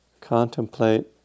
contemplate